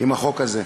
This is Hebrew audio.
עם החוק הזה,